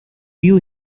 you